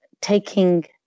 taking